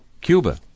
Cuba